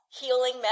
healing